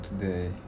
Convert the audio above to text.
today